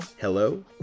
hello